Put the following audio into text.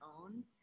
own